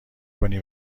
کنی